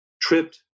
tripped